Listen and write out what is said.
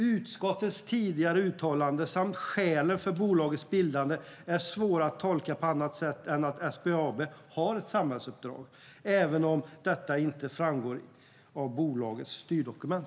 Utskottets tidigare uttalande samt skälen för bolagets bildande är svåra att tolka på annat sätt än att SBAB har ett samhällsuppdrag, även om detta inte framgår av bolagets styrdokument.